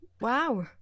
Wow